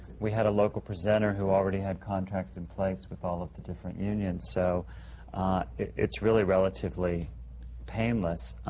we had a local presenter who already had contracts in place with all of the different unions. so it's really relatively painless.